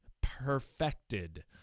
Perfected